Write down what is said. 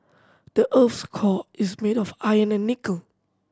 the earth's core is made of iron and nickel